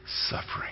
suffering